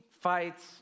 fights